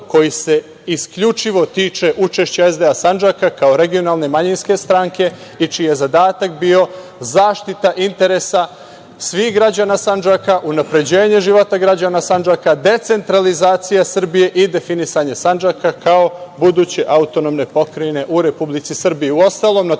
koji se isključivo tiče učešća SDA Sandžaka kao regionalne manjinske stranke i čiji je zadatak bio zaštita interesa svih građana Sandžaka, unapređenje života građana Sandžaka, decentralizacija Srbije i definisanje Sandžaka kao buduće autonomne pokrajine u Republici